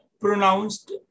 pronounced